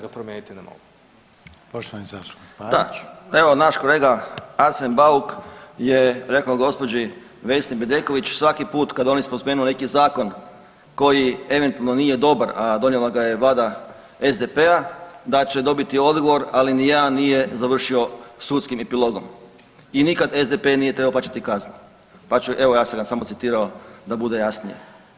Da, evo naš kolega Arsen Bauk je rekao gospođi Bedeković svaki put kad oni spomenu neki zakon koji eventualno nije dobar a donijela ga je Vlada SDP-a, da će dobiti odgovor ali nijedan nije završio sudskim epilogom i nikad SDP nije trebao plaćati kaznu, pa ću evo ja sam ga samo citirao da bude jasnije.